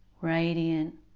radiant